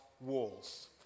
walls